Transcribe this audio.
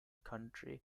country